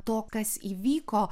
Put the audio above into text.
to kas įvyko